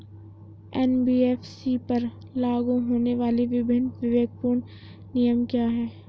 NBFC पर लागू होने वाले विभिन्न विवेकपूर्ण नियम क्या हैं?